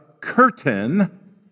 curtain